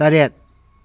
ꯇꯔꯦꯠ